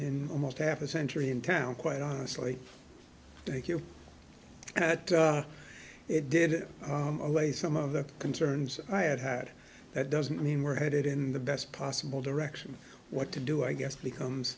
in almost half a century in town quite honestly thank you but it did away some of the concerns i had had that doesn't mean we're headed in the best possible direction what to do i guess becomes